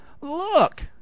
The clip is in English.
look